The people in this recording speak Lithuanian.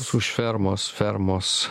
už fermos fermos